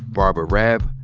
barbara raab,